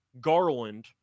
Garland